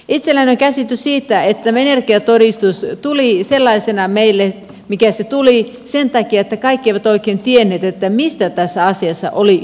itselläni on käsitys siitä että tämä energiatodistus tuli meille sellaisena kuin se tuli sen takia että kaikki eivät oikein tienneet mistä tässä asiassa oli kysymys